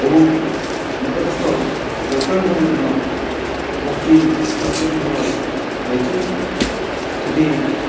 ଏବଂ ନିକଟସ୍ଥ ଜଟଣୀ ଠାରେ ମଧ୍ୟ ଗୋଷ୍ଠୀ ସ୍ୱାସ୍ଥ୍ୟକେନ୍ଦ୍ର ରହିଛି ସେଇଠି